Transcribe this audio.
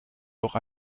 doch